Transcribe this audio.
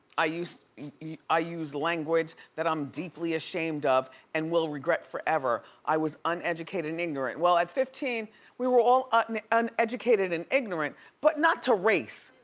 i used yeah i used language that i'm deeply ashamed of, and will regret forever. i was uneducated and ignorant. well at fifteen we were all and uneducated and ignorant, but not to race.